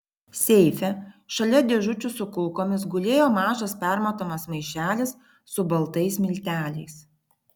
seife šalia dėžučių su kulkomis gulėjo mažas permatomas maišelis su baltais milteliais